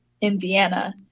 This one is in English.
Indiana